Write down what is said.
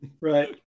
Right